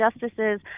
justices